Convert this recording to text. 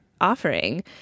offering